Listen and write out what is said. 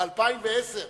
ב-2010,